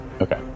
Okay